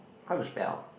how to spell